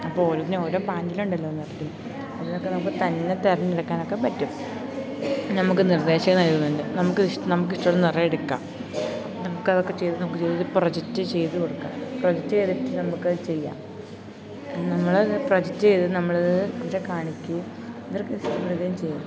അപ്പോൾ ഓരോന്നിനോരോ പാൻറ്റലുണ്ടല്ലോയെന്നോർത്തിട്ടും അതിനൊക്കെ നമുക്കു തന്നെ തിരഞ്ഞെടുക്കാനൊക്കെ പറ്റും നമുക്ക് നിർദ്ദേശം തരുന്നുണ്ട് നമുക്കിഷ്ട നമുക്കിഷ്ടമുള്ള നിറ എടുക്കാം നമുക്കതൊക്കെ ചെയ്ത് നമുക്ക് ചെയ്ത് പ്രൊജക്റ്റ് ചെയ്ത് കൊടുക്കാം പ്രൊജക്റ്റ് ചെയ്തിട്ട് നമുക്ക് ചെയ്യാം നമ്മളത് പ്രൊജക്റ്റ് ചെയ്ത് നമ്മളത് ഇവരെ കാണിക്കുകയും ഇവർക്ക് ഇഷ്ടപ്പെടുകയും ചെയ്യും